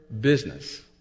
business